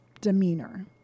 demeanor